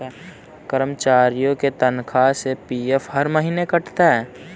कर्मचारियों के तनख्वाह से पी.एफ हर महीने कटता रहता है